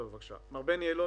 היעד